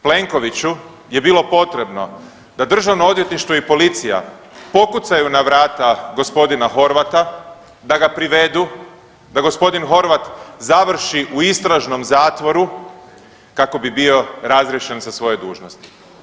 Plenkoviću je bilo potrebno da Državno odvjetništvo i policija pokucaju na vrata gospodina Horvata, da ga privedu, da gospodin Horvat završi u istražnom zatvoru kako bi bio razriješen sa svoje dužnosti.